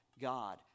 God